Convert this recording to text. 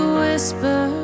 whisper